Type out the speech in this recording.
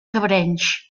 cabrenys